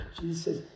Jesus